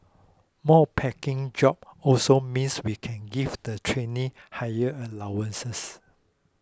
more packing jobs also means we can give the trainees higher allowances